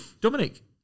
Dominic